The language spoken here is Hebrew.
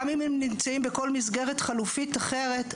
גם אם הם נמצאים בכל מסגרת חלופית אחרת,